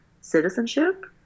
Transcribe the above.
citizenship